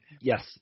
Yes